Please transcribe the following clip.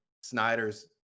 Snyder's